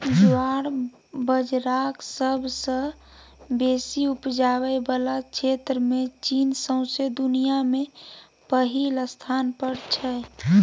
ज्वार बजराक सबसँ बेसी उपजाबै बला क्षेत्रमे चीन सौंसे दुनियाँ मे पहिल स्थान पर छै